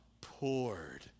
poured